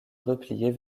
replier